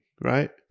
right